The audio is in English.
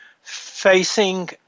facing